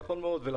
לפני